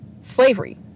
slavery